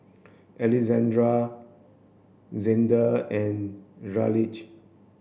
Alexzander Zander and Raleigh